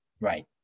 Right